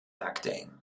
acting